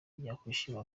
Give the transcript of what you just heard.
yakwishima